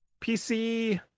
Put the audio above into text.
PC